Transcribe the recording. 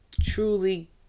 truly